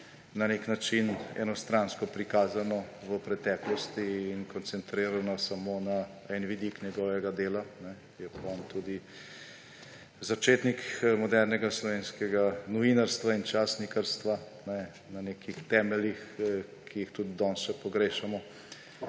je bilo zelo enostransko prikazano v preteklosti in koncentrirano samo na en vidik njegovega dela. Je pa on tudi začetnik modernega slovenskega novinarstva in časnikarstva, na nekih temeljih, ki jih tudi danes še pogrešamo.